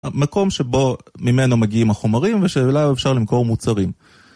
מקום שבו ממנו מגיעים החומרים ושאולי אפשר למכור מוצרים.